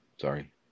Sorry